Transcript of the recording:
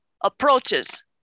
approaches